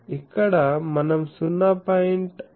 ఇక్కడ మనం 0